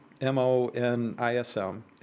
M-O-N-I-S-M